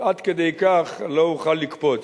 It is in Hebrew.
ועד כדי כך לא אוכל לקפוץ,